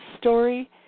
story